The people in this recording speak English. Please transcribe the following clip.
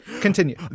continue